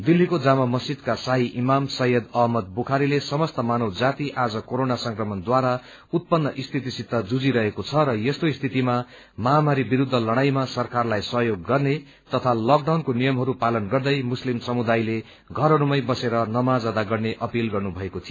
दिल्लीको जामा मस्जिदका शाही इमाम सैघयद अहमद बुखारीले समस्त मानव जाति आज कोरोना संक्रमणद्वारा उत्पन्न स्थितिसित जुझी रहेको छ र यस्तो स्थितिमा महामारी विरूद्ध लड़ाईमा सरकारलाई सहयोग गर्ने तथा लकडाउनको नियमहरू पालन गर्दै मुस्लिम समुदायले घरहरूमै बसेर नमाज अदा गर्ने अपील गर्नु भएको थियो